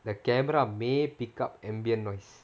the camera may pick up ambient noise